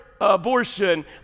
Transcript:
abortion